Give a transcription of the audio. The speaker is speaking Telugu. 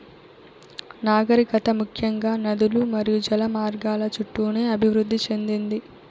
నాగరికత ముఖ్యంగా నదులు మరియు జల మార్గాల చుట్టూనే అభివృద్ది చెందింది